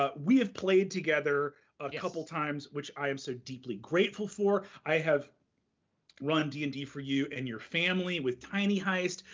ah we have played together a couple times, which i am so deeply grateful for. i have run d and d for you and your family with tiny heist.